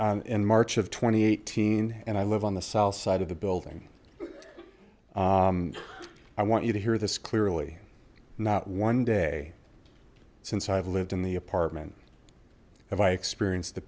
or in march of twenty eighteen and i live on the south side of the building but i want you to hear this clearly not one day since i've lived in the apartment have i experienced the